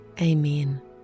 Amen